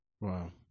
Wow